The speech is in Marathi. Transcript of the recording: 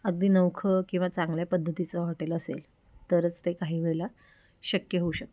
अगदी नवखं किंवा चांगल्या पद्धतीचं हॉटेल असेल तरच ते काही वेळेला शक्य होऊ शकतं